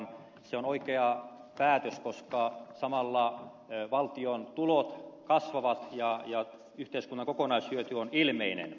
se on oikea päätös koska samalla valtion tulot kasvavat ja yhteiskunnan kokonaishyöty on ilmeinen